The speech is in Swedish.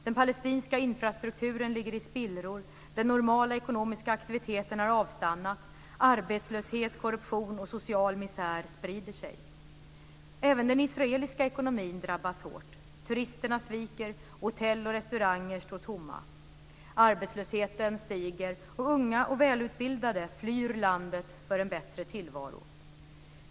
Den palestinska infrastrukturen ligger i spillror. Den normala ekonomiska aktiviteten har avstannat. Arbetslöshet, korruption och social misär sprider sig. Även den israeliska ekonomin drabbas hårt. Turisterna sviker, hotell och restauranger står tomma. Arbetslösheten stiger. Unga och välutbildade flyr landet för en bättre tillvaro.